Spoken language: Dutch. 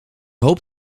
hoop